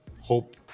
hope